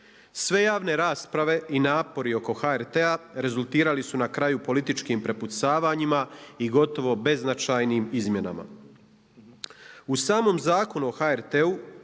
Sve javne rasprave i napori oko HRT-a rezultirali su na kraju političkim prepucavanjima i gotovo beznačajnim izmjenama.